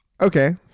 okay